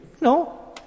No